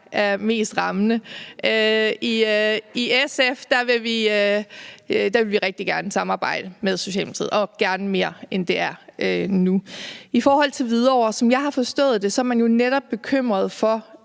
er mest rammende. I SF vil vi rigtig gerne samarbejde med Socialdemokratiet og gerne mere, end det er nu. I forhold til Hvidovre er det sådan, som jeg har forstået det, at man jo netop er bekymret for